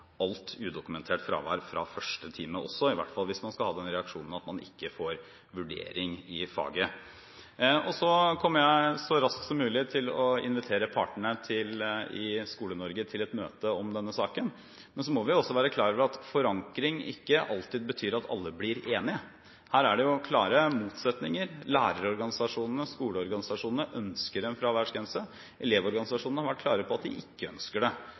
alt udokumentert fravær fra første time, i hvert fall hvis man skal ha den reaksjonen at man ikke får vurdering i faget. Jeg kommer så raskt som mulig til å invitere partene i Skole-Norge til et møte om denne saken. Men så må vi også være klar over at forankring ikke alltid betyr at alle blir enige. Her er det klare motsetninger. Lærerorganisasjonene og skoleorganisasjonene ønsker en fraværsgrense. Elevorganisasjonen har vært klar på at de ikke ønsker det.